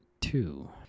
two